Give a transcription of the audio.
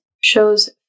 shows